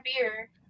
beer